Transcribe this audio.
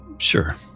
Sure